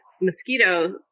mosquito